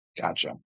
Gotcha